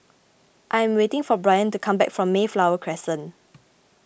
I am waiting for Bryant to come back from Mayflower Crescent